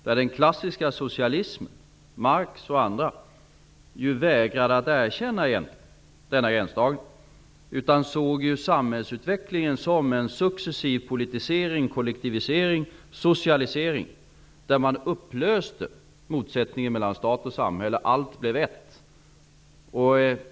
Den klassiska socialismen, bl.a. representerad av Marx, vägrade egentligen att erkänna denna gränsdragning utan såg samhällsutvecklingen som en successiv politisering, kollektivisering och socialisering, där man upplöste motsättningen mellan stat och samhälle så att allt blev ett.